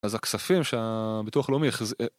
אז הכספים שהביטוח לאומי...